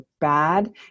bad